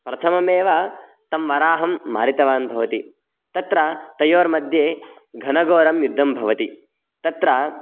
प्रथममेव तं वराहं मारितवान् भवति तत्र तयोर्मध्ये घनगोरं युद्धं भवति तत्र